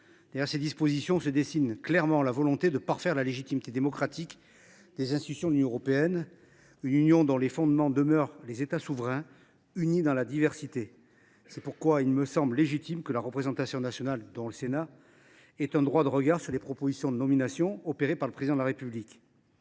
Derrière ces dispositions se dessine clairement la volonté de parfaire la légitimité démocratique des institutions de l’Union européenne, une union dont les fondements demeurent les États souverains « unis dans la diversité ». C’est pourquoi il semble légitime que la représentation nationale, dont le Sénat, ait un droit de regard sur les propositions de nomination du Président de la République.